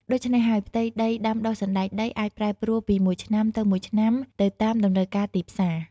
ដូច្នេះហើយ ផ្ទៃដីដាំដុះសណ្តែកដីអាចប្រែប្រួលពីមួយឆ្នាំទៅមួយឆ្នាំទៅតាមតម្រូវការទីផ្សារ។